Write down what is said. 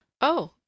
Oh